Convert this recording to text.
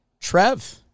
Trev